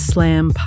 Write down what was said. Slam